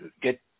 get